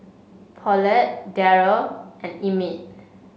Paulette Darrel and Emmitt